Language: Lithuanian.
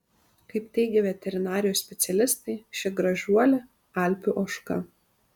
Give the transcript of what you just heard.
kaip teigė veterinarijos specialistai ši gražuolė alpių ožka